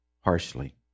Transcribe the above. harshly